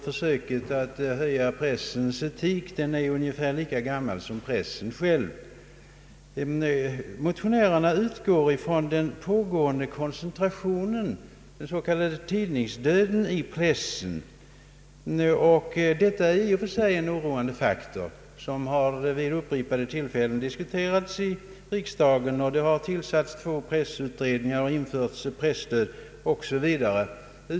Försöken att höja pressens etik är ungefär lika gamla som pressen själv. Motionärerna utgår från den pågående koncentrationen i pressen, den s.k. tidningsdöden. Denna är i och för sig en oroande faktor som vid upprepade tillfällen har diskuterats i riksdagen. Två utredningar har tillsatts, presstöd har skapats o.s.v.